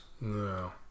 no